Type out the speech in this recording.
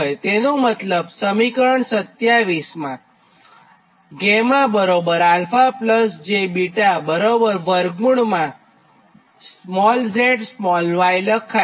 તેનો મતલબસમીકરણ 27 𝛾𝛼𝑗𝛽 બરાબર વર્ગમૂળમાં zy લખાય